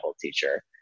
teacher